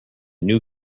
new